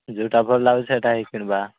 ଯୋଉଟା ଭଲ ଲାଗୁଛି ସେଇଟା ହିଁ କିଣିବା